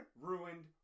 ruined